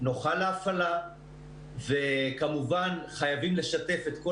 נוחה להפעלה וכמובן חייבים לשתף את כל